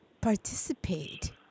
participate